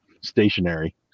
stationary